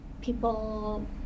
people